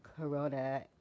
corona